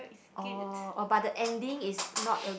orh but the ending is not a